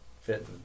fit